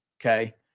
okay